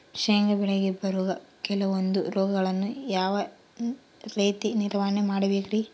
ಶೇಂಗಾ ಬೆಳೆಗೆ ಬರುವ ಕೆಲವೊಂದು ರೋಗಗಳನ್ನು ಯಾವ ರೇತಿ ನಿರ್ವಹಣೆ ಮಾಡಬೇಕ್ರಿ?